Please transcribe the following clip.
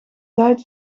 tijd